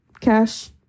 cash